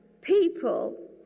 people